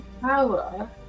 power